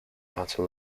other